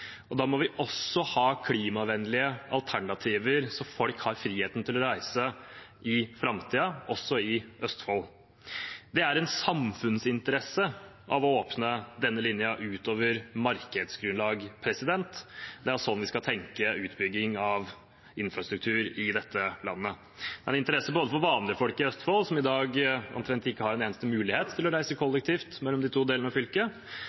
Da må vi også ha klimavennlige alternativer, slik at folk har friheten til å reise i framtiden – også i Østfold. Det er av samfunnsinteresse å åpne denne linjen utover markedsgrunnlag. Det er sånn vi skal tenke utbygging av infrastruktur i dette landet. Det er av interesse både for vanlige folk i Østfold – som i dag omtrent ikke har en eneste mulighet til å reise kollektivt mellom de to delene av fylket